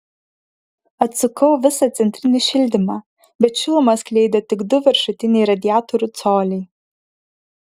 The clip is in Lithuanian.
atsukau visą centrinį šildymą bet šilumą skleidė tik du viršutiniai radiatorių coliai